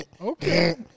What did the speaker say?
Okay